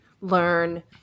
learn